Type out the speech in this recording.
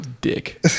dick